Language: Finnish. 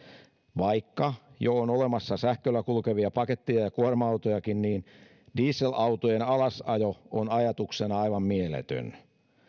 vaikka jo on olemassa sähköllä kulkevia paketti ja ja kuorma autojakin dieselautojen alasajo on ajatuksena aivan mieletön